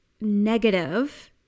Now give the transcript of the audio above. negative